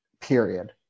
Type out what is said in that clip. period